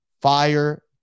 Fire